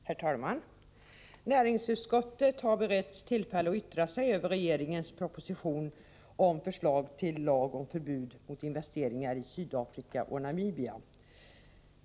Herr talman! Näringsutskottet har beretts tillfälle att yttra sig över regeringens proposition om förslag till lag om förbud mot investeringar i Sydafrika och Namibia.